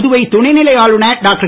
புதுவை துணைநிலை ஆளுநர் டாக்டர்